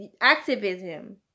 activism